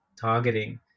targeting